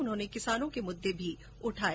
उन्होंने किसानों के मुद्दे भी उठाये